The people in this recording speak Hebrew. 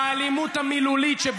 באלימות המילולית,